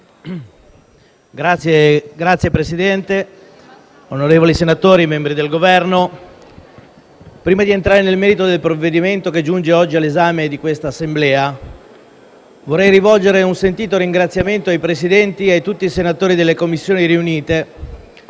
Signor Presidente, onorevoli senatori, membri del Governo, prima di entrare nel merito del provvedimento che giunge oggi all’esame di questa Assemblea, vorrei rivolgere un sentito ringraziamento ai Presidenti e a tutti i senatori delle Commissioni riunite,